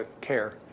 care